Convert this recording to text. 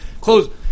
close